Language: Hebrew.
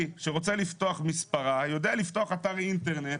שרוצה לפתוח מספרה יודע לפתוח אתר אינטרנט,